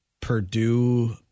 Purdue